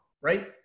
right